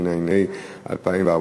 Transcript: התשע"ה 2014,